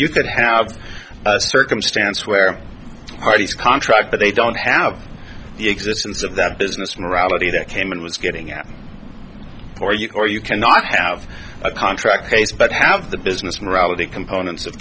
could have a circumstance where are these contract that they don't have the existence of that business morality that came in was getting out for you or you cannot have a contract case but have the business morality components of